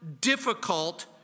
difficult